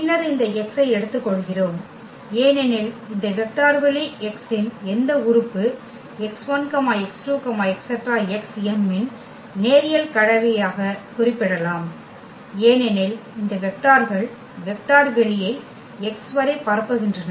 பின்னர் இந்த x ஐ எடுத்துக்கொள்கிறோம் ஏனெனில் இந்த வெக்டர் வெளி x இன் எந்த உறுப்பு x1 x2 xm இன் நேரியல் கலவையாக குறிப்பிடப்படலாம் ஏனெனில் இந்த வெக்டார்கள் வெக்டர் வெளியை X வரை பரப்புகின்றன